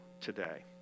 today